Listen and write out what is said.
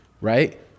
right